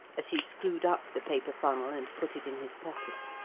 as he screwed up the paper funnel and put it in his pocket.